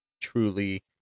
truly